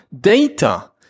data